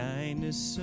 kindness